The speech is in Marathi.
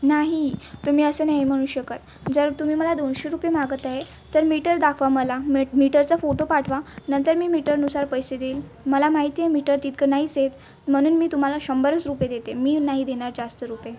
नाही तुम्ही असं नाही म्हणू शकत जर तुम्ही मला दोनशे रुपये मागत आहे तर मीटर दाखवा मला मेट मीटरचं फोटो पाठवा नंतर मी मीटरनुसार पैसे देईल मला माहिती आहे मीटर तितकं नाहीच येत म्हणून मी तुम्हाला शंबरच रुपे देते मी नाही देणार जास्त रुपे